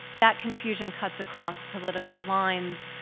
that confusion cuts across political lines.